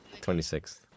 26th